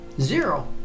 zero